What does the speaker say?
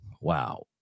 Wow